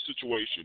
situation